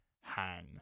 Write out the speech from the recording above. hang